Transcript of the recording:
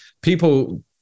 people